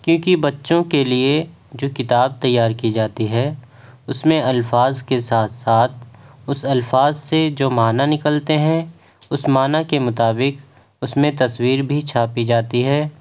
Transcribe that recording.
کیونکہ بچوں کے لیے جو کتاب تیار کی جاتی ہے اس میں الفاظ کے ساتھ ساتھ اس الفاظ سے جو معنی نکلتے ہیں اس معنی کے مطابق اس میں تصویر بھی چھاپی جاتی ہے